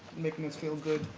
making us feel good.